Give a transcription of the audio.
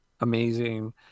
amazing